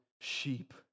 sheep